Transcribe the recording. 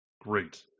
great